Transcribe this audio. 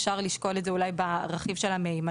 אפשר אולי לשקול את זה ברכיב של המהימנות.